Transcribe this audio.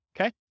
Okay